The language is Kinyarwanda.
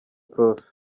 prof